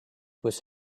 was